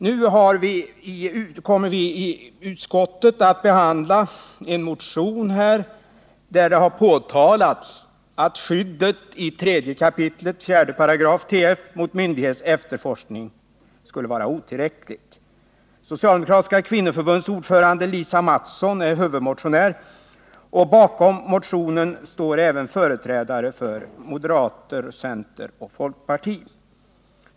Nu kommer vi i utskottet att behandla en motion där det har påtalats att skyddet i 3 kap. 4§ TF mot myndighets efterforskning är otillräckligt. Socialdemokratiska kvinnoförbundets ordförande, Lisa Mattson, är huvudmotionär, och bakom motionen står även företrädare för moderater, centern och folkpartiet.